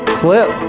clip